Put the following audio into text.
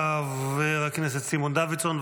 חבר הכנסת סימון דוידסון.